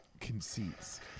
conceits